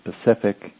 specific